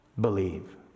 Believe